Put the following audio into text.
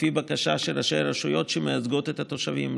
לפי בקשה של ראשי רשויות שמייצגות את התושבים,